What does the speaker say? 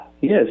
Yes